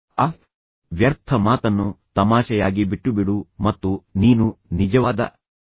ಆಹ್ ವ್ಯರ್ಥ ಮಾತನ್ನು ತಮಾಷೆಯಾಗಿ ಬಿಟ್ಟುಬಿಡು ಮತ್ತು ನೀನು ನಿಜವಾದ ಸ್ನೇಹಿತನಾಗಿದ್ದರೆ ಈಗ ಸೇದಬೇಕು